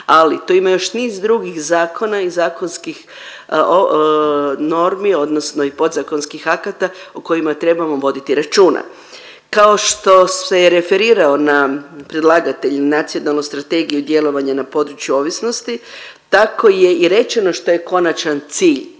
Ali tu ima još niz drugih zakona i zakonskih normi odnosno i podzakonskih akata o kojima trebamo voditi računa. Kao što se je referirao na predlagatelj u Nacionalnoj strategiji u djelovanju na području ovisnosti tako je i rečeno što je konačan cilj.